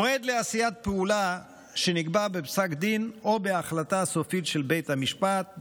מועד לעשיית פעולה שנקבע בפסק דין או בהחלטה סופית של בית המשפט,